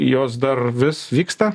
jos dar vis vyksta